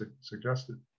suggested